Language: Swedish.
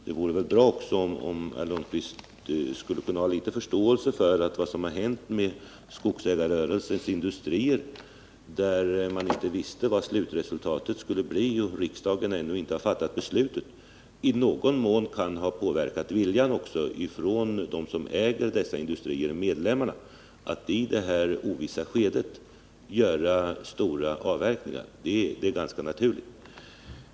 Det vore också bra om herr Lundkvist kunde ha litet förståelse för att viljan att göra stora avverkningar hos dem som äger skogsägarrörelsens industrier, medlemmarna, i någon mån kan ha påverkats av att man inte visste vad slutresultatet skulle bli då riksdagen ännu inte hade fattat något beslut.